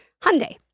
Hyundai